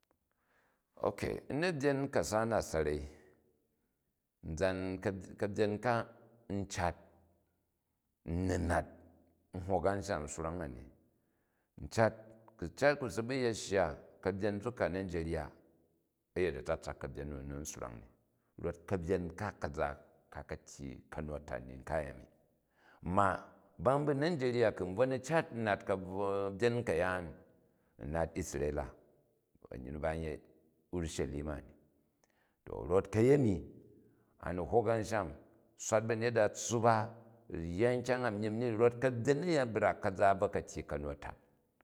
Okey u̱ na̱byen ka̱sa na sa̱rei a̱nzan, ka̱nbyen ka u cat, ne ni nat, u hek a̱nsham swang ani. Ncat, ku cat si bu yet shya ka̱byan nzuk ka nigeriya a̱ yet atsatsak ka̱byen nu, n ni u swrang ni. Rof ka̱byen ka̱za, ka ka̱ tyyi ka̱nu-a̱tan ni kayemi. Ma bambu nijerya ku̱ bvo ni cat n nat ka̱byen ka̱yaan, n nat isreila a̱nyyi nu ba n yei urushelima ni. Kot kayemi a ni hok an cham, swat ba̱nyet a, tssup a, u̱ yya nkyang a myim ni rot kabyen a̱ya brak, kaza a̱ bvo ka̱ tyyi ka̱nu-a̱tan